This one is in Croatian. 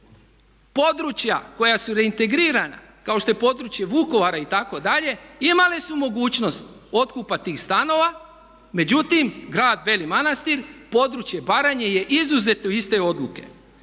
područja koja su reintegrirana kao što je područje Vukovara itd., imale su mogućnost otkupa tih stanova međutim grad Beli Manastir područje Baranje je izuzeto iz te odluke.